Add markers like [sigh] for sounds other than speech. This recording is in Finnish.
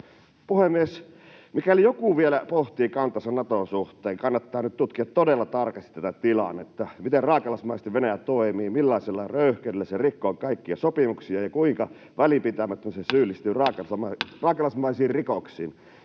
Puhemies! Mikäli joku vielä pohtii kantaansa Naton suhteen, kannattaa nyt tutkia todella tarkasti tätä tilannetta, miten raakalaismaisesti Venäjä toimii, millaisella röyhkeydellä se rikkoo kaikkia sopimuksia ja kuinka välinpitämättömästi [noise] se syyllistyy raakalaismaisiin rikoksiin